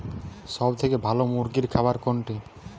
সবথেকে ভালো মুরগির খাবার কোনটি?